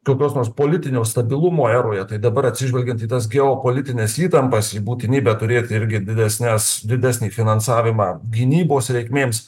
kokios nors politinio stabilumo eroje tai dabar atsižvelgiant į tas geopolitines įtampas į būtinybę turėti irgi didesnes didesnį finansavimą gynybos reikmėms